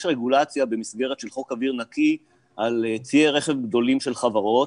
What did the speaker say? יש רגולציה במסגרת של חוק אוויר נקי על ציי רכב גדולים של חברות.